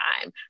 time